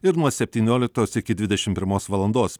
ir nuo septynioliktos iki dvidešimt pirmos valandos